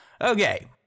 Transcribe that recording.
okay